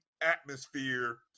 atmosphere